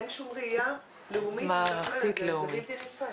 אין שום ראייה לאומית, זה בלתי נתפס.